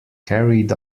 carried